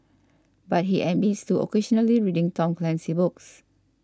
but he admits to occasionally reading Tom Clancy books